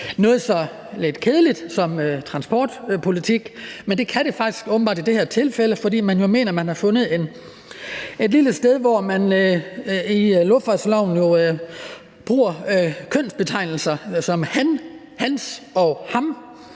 noget lidt kedeligt som transportpolitik? Men det kan det åbenbart i det her tilfælde, fordi man jo mener, man har fundet et lille sted, hvor man i luftfartsloven bruger kønsbetegnelser som han, hans og ham.